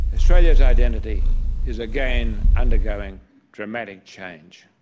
australia's identity is again undergoing dramatic change.